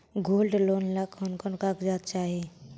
Gold loan ला कौन कौन कागजात चाही?